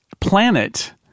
planet